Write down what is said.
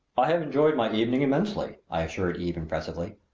i have enjoyed my evening immensely, i assured eve impressively,